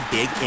Big